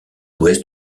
ouest